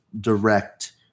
direct